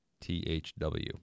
T-H-W